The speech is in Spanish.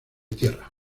tierra